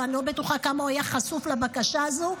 אני לא בטוחה כמה הוא יהיה חשוף לבקשה הזו,